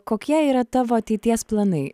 kokie yra tavo ateities planai